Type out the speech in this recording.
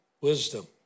Wisdom